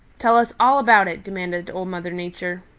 tell us all about it, demanded old mother nature.